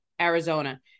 Arizona